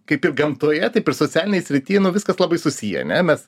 kaip ir gamtoje taip ir socialinė srity nu viskas labai susiję ane mes